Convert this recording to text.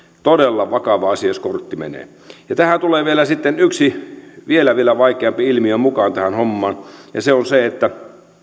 todella vakava asia jos kortti menee tähän hommaan tulee vielä sitten yksi vielä vielä vaikeampi ilmiö mukaan ja se on se että